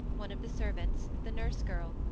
one of the servants, the nurse-girl,